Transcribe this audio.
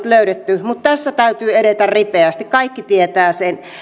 löydetty ja tässä täytyy edetä ripeästi kaikki tietävät sen